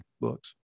books